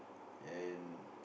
an